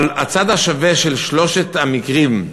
אבל הצד השווה של שלושת המקרים,